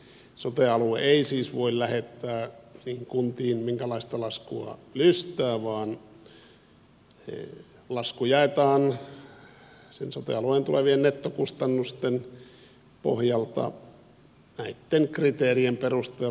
sote alue ei siis voi lähettää kuntiin minkälaista laskua lystää vaan lasku jaetaan sen sote alueen tulevien nettokustannusten pohjalta näitten kriteerien perusteella